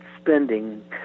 spending